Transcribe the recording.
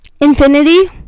Infinity